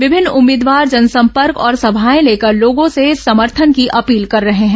विभिन्न उम्मीदवार जनसंपर्क और सभाएं लेकर लोगों से समर्थन की अपील कर रहे हैं